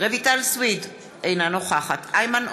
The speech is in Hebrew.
רויטל סויד, אינה נוכחת איימן עודה,